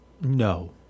No